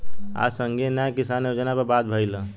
आज संघीय न्याय किसान योजना पर बात भईल ह